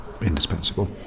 indispensable